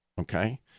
okay